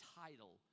title